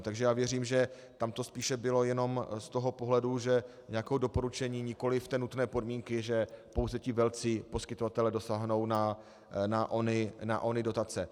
Takže věřím, že tamto spíše bylo jenom z toho pohledu nějakého doporučení, nikoliv nutné podmínky, že pouze ti velcí poskytovatelé dosáhnou na ony dotace.